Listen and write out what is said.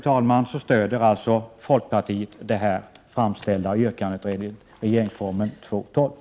Folkpartiet stöder alltså det framställda yrkandet enligt regeringsformen 2:12.